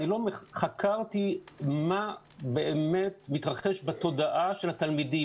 אני לא חקרתי מה באמת מתרחש בתודעה של התלמידים.